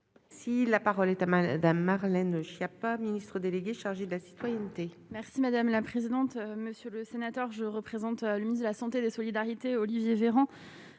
Si la parole est à Madame, Marlène Schiappa, ministre déléguée chargée de la citoyenneté. Si madame la présidente, monsieur le sénateur, je représente le ministre de la Santé et des solidarités Olivier Véran,